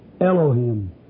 Elohim